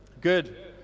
Good